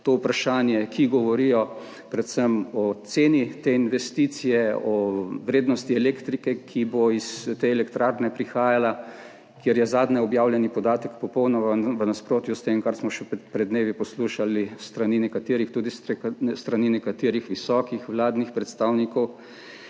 vprašanje, ki govorijo predvsem o ceni te investicije, o vrednosti elektrike, ki bo prihajala iz te elektrarne, kjer je zadnje objavljeni podatek popolnoma v nasprotju s tem, kar smo še pred dnevi poslušali s strani nekaterih visokih vladnih predstavnikov,